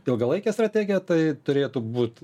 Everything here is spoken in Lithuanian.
ilgalaikė strategija tai turėtų būt